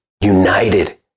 united